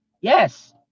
Yes